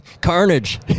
Carnage